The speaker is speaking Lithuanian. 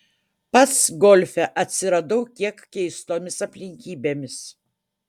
pats golfe atsiradau kiek keistomis aplinkybėmis